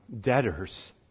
debtors